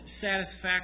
satisfaction